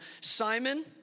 Simon